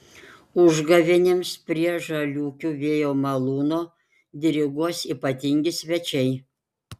užgavėnėms prie žaliūkių vėjo malūno diriguos ypatingi svečiai